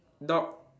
dog